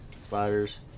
spiders